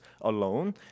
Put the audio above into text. alone